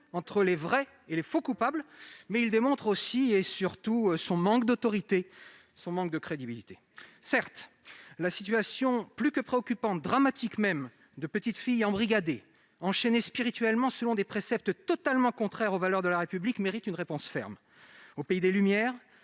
entre les vrais et les faux coupables, mais il démontre aussi, et surtout, son manque d'autorité et de crédibilité. Certes, la situation plus que préoccupante, dramatique même, de petites filles embrigadées, enchaînées spirituellement selon des préceptes totalement contraires aux valeurs de la République, mérite une réponse ferme. Au pays des Lumières,